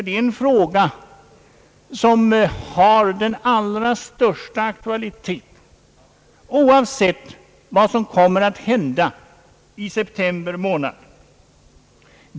Det är en fråga, som har den allra största aktualitet oavsett vad som kommer att hända i september månad.